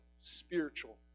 spiritual